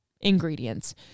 ingredients